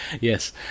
Yes